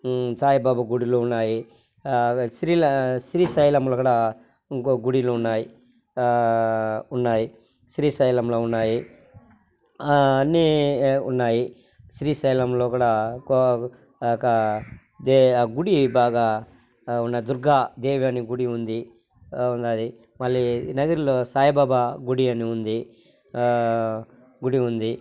సాయిబాబా గుడులు ఉన్నాయి శ్రీల శ్రీశైలంలో కూడా ఇంకొక్క గుడిలు ఉన్నాయి ఉన్నాయి శ్రీశైలంలో ఉన్నాయ్ అన్నీ ఉన్నాయి శ్రీశైలంలో కూడా కో ఒక దే ఆ గుడి బాగా ఉన్నది దుర్గాదేవి అనే గుడి ఉంది ఉన్నది మళ్ళీ నగిరిలో సాయిబాబా గుడి అని ఉంది గుడి ఉంది